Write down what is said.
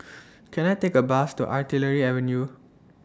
Can I Take A Bus to Artillery Avenue